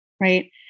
right